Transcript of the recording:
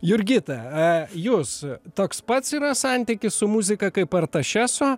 jurgita e jūs toks pats yra santykis su muzika kaip artašeso